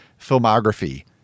filmography